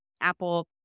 Apple